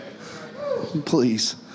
Please